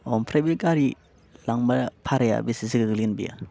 ओमफ्राय बे गारि लांबा भाराया बेसेसो गोलैगोन बियो